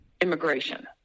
immigration